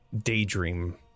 daydream